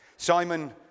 Simon